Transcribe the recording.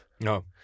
No